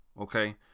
Okay